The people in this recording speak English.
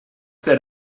that